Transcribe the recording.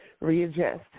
readjust